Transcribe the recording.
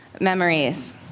memories